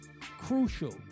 crucial